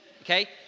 Okay